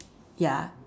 ya